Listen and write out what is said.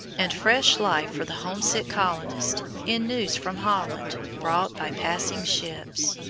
and fresh life for the home-sick colonists in news from holland brought by passing ships.